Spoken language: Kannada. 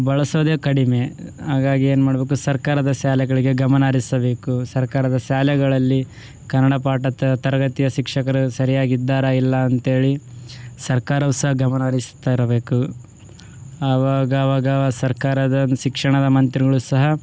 ಬಳಸೋದೆ ಕಡಿಮೆ ಹಾಗಾಗಿ ಏನು ಮಾಡಬೇಕು ಸರ್ಕಾರದ ಶಾಲೆಗಳಿಗೆ ಗಮನ ಹರಿಸಬೇಕು ಸರ್ಕಾರದ ಶಾಲೆಗಳಲ್ಲಿ ಕನ್ನಡ ಪಾಠ ತರಗತಿಯ ಶಿಕ್ಷಕರು ಸರಿಯಾಗಿ ಇದ್ದಾರಾ ಇಲ್ಲ ಅಂತೇಳಿ ಸರ್ಕಾರವು ಸಹ ಗಮನ ಹರಿಸ್ತಾ ಇರಬೇಕು ಆವಾಗ ಆವಾಗವ ಸರ್ಕಾರದ ಒಂದು ಶಿಕ್ಷಣದ ಮಂತ್ರಿಗಳು ಸಹ